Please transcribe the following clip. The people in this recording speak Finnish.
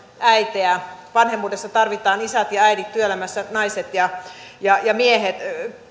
äitejä vanhemmuudessa tarvitaan isät ja äidit työelämässä naiset ja ja miehet